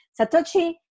Satoshi